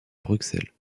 bruxelles